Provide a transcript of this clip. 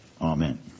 Amen